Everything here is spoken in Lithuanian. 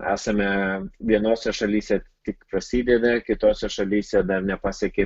esame vienose šalyse tik prasideda kitose šalyse dar nepasiekė